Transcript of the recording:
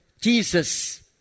Jesus